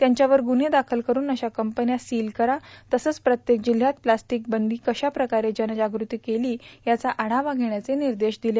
त्यांच्यावर ग्रुव्हे दाखल करून अशा कंपन्या सील करा तसंच प्रत्येक जिल्हयात प्लास्टिक बंदीची कशाप्रकारे जनजागृती केली याचा आढावा घेण्याचे निर्देश दिले